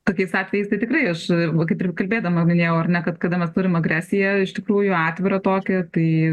tokiais atvejais tai tikrai aš va kaip ir kalbėdama minėjau ar ne kad kada mes turim agresiją iš tikrųjų atvirą tokią kai